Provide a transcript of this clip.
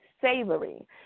savory